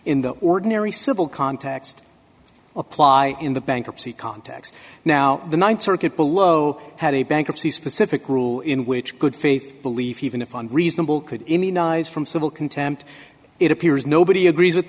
in the ordinary civil context apply in the bankruptcy context now the ninth circuit below had a bankruptcy specific rule in which good faith belief even if a reasonable could immunize from civil contempt it appears nobody agrees with